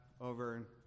over